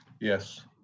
Yes